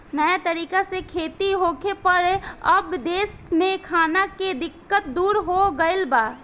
नया तरीका से खेती होखे पर अब देश में खाना के दिक्कत दूर हो गईल बा